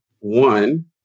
one